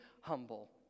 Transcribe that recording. humble